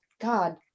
God